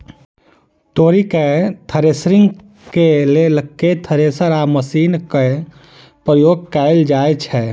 तोरी केँ थ्रेसरिंग केँ लेल केँ थ्रेसर या मशीन केँ प्रयोग कैल जाएँ छैय?